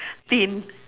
thin